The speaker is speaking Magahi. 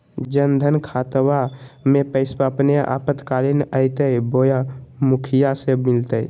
जन धन खाताबा में पैसबा अपने आपातकालीन आयते बोया मुखिया से मिलते?